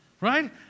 right